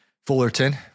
Fullerton